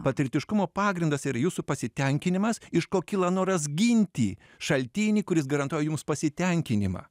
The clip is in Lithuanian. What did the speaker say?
patriotiškumo pagrindas yra jūsų pasitenkinimas iš ko kyla noras ginti šaltinį kuris garantuoja jums pasitenkinimą